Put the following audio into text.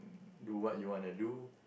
do what you wanna do